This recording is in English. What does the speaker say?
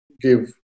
give